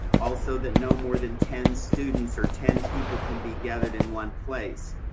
also that no more than ten students or ten people can be gathered in one place.